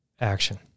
action